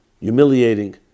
humiliating